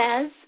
says